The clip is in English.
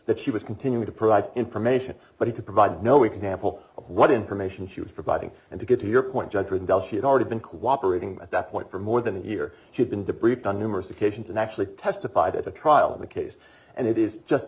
that she was continuing to provide information but he could provide no we can ample of what information she was providing and to get to your point judge rebell she had already been cooperating at that point for more than a year she'd been debriefed on numerous occasions and actually testified at the trial of the case and it is just